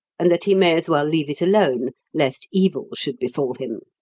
and that he may as well leave it alone lest evil should befall him.